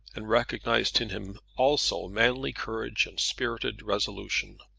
and recognized in him also manly courage and spirited resolution.